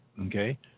Okay